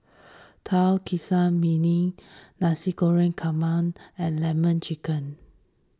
Tauge Ikan Masin Nasi Goreng Kampung and Lemon Chicken